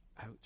Ouch